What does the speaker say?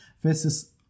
versus